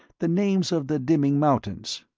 the names of the dimming mountains.